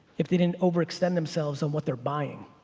if they didn't over extend themselves on what they're buying.